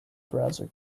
browser